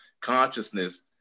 consciousness